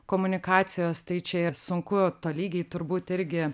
komunikacijos tai čia ir sunku tolygiai turbūt irgi